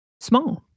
small